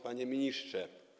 Panie Ministrze!